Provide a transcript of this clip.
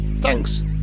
thanks